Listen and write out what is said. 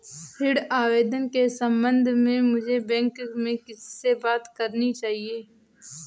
ऋण आवेदन के संबंध में मुझे बैंक में किससे बात करनी चाहिए?